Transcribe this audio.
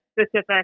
specific